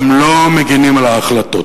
גם לא מגינים על ההחלטות.